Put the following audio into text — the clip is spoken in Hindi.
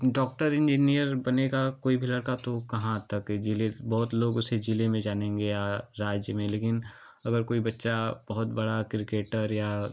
डॉक्टर इंजीनियर बनेगा कोई भी लड़का तो कहाँ तक जिले बहुत लोग उसे जिले में जानेंगे या राज्य में लेकिन अगर कोई बच्चा बहुत बड़ा क्रिकेटर या